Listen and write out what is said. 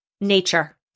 nature